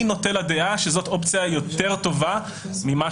אני נוטה לדעה שזאת אופציה יותר טובה מכפי